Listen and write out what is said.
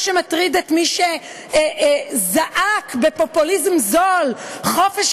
מה מטריד את מי שזעק בפופוליזם זול "חופש,